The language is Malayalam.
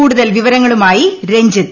കൂടുതൽ വിവരങ്ങളുമായി രഞ്ജിത്ത്